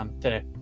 today